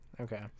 Okay